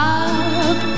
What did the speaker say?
up